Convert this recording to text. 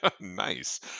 nice